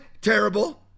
terrible